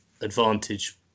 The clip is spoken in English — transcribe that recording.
advantage